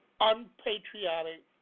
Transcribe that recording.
unpatriotic